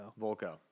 Volko